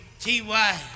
T-Y